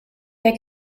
der